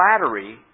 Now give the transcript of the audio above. flattery